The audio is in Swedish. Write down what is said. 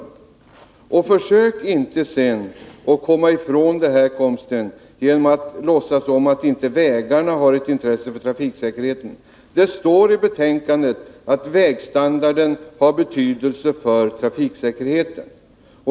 Och försök sedan inte att komma ifrån detta genom att låtsas som om inte vägarna har något intresse för trafiksäkerheten! Det står i betänkandet att vägstandarden har betydelse för trafiksäkerheten.